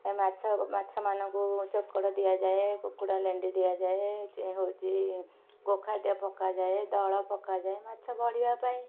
ଏ ମାଛ ମାଛ ମାନଙ୍କୁ ଚୋକଡ଼ ଦିଆଯାଏ କୁକୁଡ଼ା ଲେଣ୍ଡୀ ଦିଆଯାଏ ଚେ ହେଉଛି ଗୋଖାଦ୍ୟ ପକାଯାଏ ଦଳ ପକାଯାଏ ମାଛ ବଢ଼ିବା ପାଇଁ